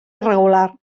irregular